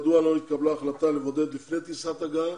מדוע לא התקבלה החלטה לבודד לפני טיסת הגעה,